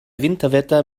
winterwetter